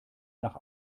nach